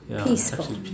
Peaceful